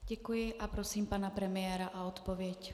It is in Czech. Děkuji a prosím pana premiéra o odpověď.